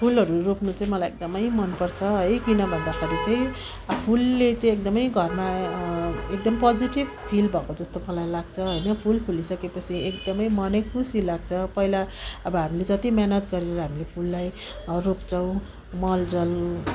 फुलहरू रोप्नु चाहिँ मलाई एकदमै मनपर्छ है किन भन्दाखेरि चाहिँ फुलले चाहिँ एकदमै घरमा एकदम पोजेटिभ फिल भएको जस्तो मलाई लाग्छ होइन फुल फुलिसकेपछि एकदमै मनै खुसी लाग्छ पहिला अब हामीले जति मिहिनेत गरेर हामीले फुललाई रोप्छौँ मल जल